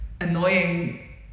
annoying